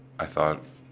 i thought,